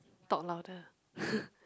talk louder